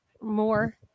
more